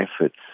efforts